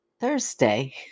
Thursday